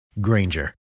Granger